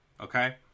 Okay